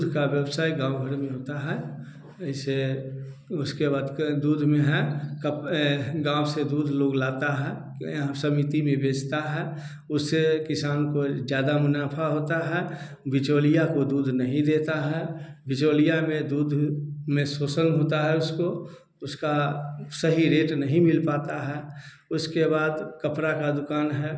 दूध का व्यवसाय गाँव भर में होता है इससे उसके बाद का दूध में है कप गाँव से दूध लोग लाता है हम सब समिति में बेचता है उससे किसान को ज्यादा मुनाफा होता है बिचौलिया को दूध नहीं देता है बिचौलिया में दूध में शोषण होता है उसको उसका सही रेट नहीं मिल पाता है उसके बाद कपड़ा का दुकान है